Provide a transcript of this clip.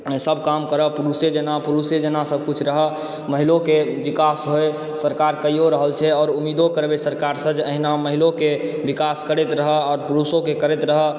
सब काम करऽ पुरुषे जेना पुरुषे जेना सबकिछु रहऽ महिलोके विकास होइ सरकार केओ रहल छै आओर उम्मीदो करबै सरकारसँ जे एहिना महिलोके विकास करैत रहऽ आओर पुरुषोके करैत रहऽ